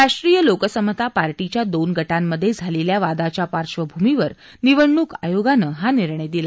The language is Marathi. राष्ट्रीय लोकसमता पार्टीच्या दोन गटांमध्ये झालेल्या वादाच्या पार्श्वभूमीवर निवडणूक आयोगानं हा निर्णय दिला